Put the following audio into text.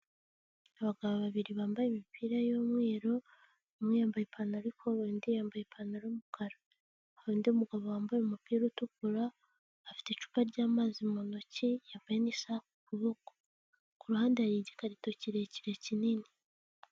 Abagabo babiri bambaye imipira y'umweru, umwe yambaye ipantaro y'ikoboyi undi yambaye ipantaro y'umukara, undi mugabo wambaye umupira utukura afite icupa ry'amazi mu ntoki, yambaye n'isaha ku kuboko, ku ruhande hari igikarito kirekire kinini.